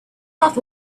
half